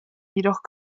jedoch